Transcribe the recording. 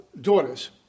daughters